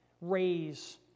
raise